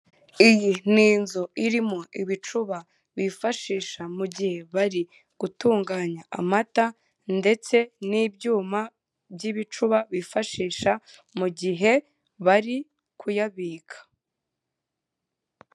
Iyi ni inzu irimo ibicuba bifashisha mu gihe bari gutunganya amata ndetse n'ibyuma by'ibicuba bifashisha mu gihe bari kuyabika.